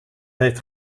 heeft